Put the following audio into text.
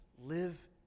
live